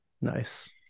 Nice